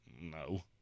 No